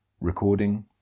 Recording